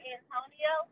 Antonio